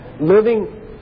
Living